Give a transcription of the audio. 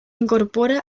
incorpora